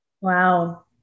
Wow